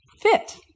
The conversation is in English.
Fit